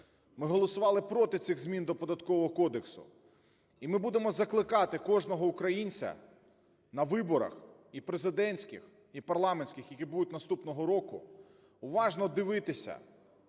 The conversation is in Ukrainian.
ми голосували проти цих змін до Податкового кодексу, і ми будемо закликати кожного українця на виборах: і президентських і парламентських, які будуть наступного року, уважно дивитись